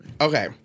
Okay